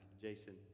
Jason